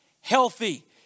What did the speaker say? healthy